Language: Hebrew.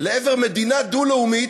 לעבר מדינה דו-לאומית,